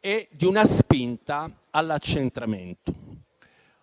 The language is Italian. e una spinta all'accentramento.